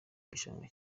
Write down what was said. gishanga